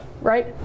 right